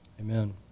amen